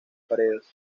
paredes